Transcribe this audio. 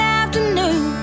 afternoon